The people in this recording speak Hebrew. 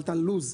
שאלת על לו"ז,